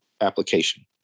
application